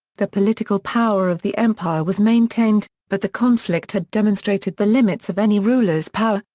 the political power of the empire was maintained, but the conflict had demonstrated the limits of any ruler's power,